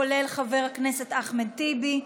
כולל חבר הכנסת אחמד טיבי,